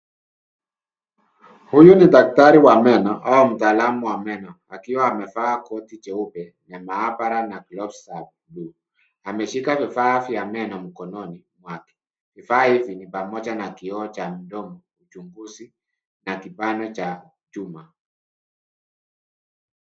Huyu ni daktari wa meno, au mtaalamu wa meno, akiwa amevaa koti jeupe, la maabara, na gloves za blue . Ameshika vifaa vya meno mkononi mwake, vifaa hivi ni pamoja na kioo cha mdomo, uchunguzi na kibano cha chuma.